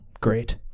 great